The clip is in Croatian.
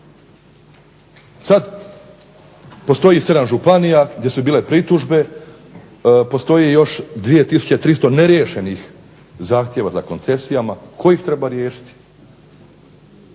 Sad postoji sedam županija gdje su bile pritužbe, postoji još 2300 neriješenih zahtjeva za koncesijama. Tko ih treba riješiti?